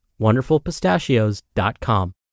WonderfulPistachios.com